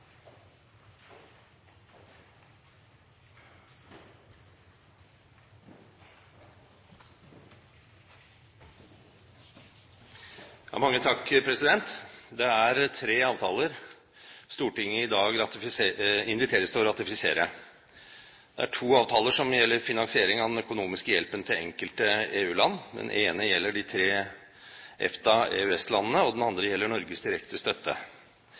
to avtaler som gjelder finansiering av den økonomiske hjelpen til enkelte EU-land. Den ene gjelder de tre EFTA/EØS-landene, og den andre gjelder Norges direkte støtte.